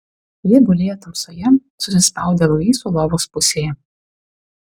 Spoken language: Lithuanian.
jie gulėjo tamsoje susispaudę luiso lovos pusėje